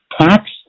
tax